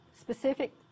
Specific